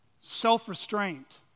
self-restraint